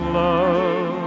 love